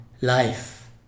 life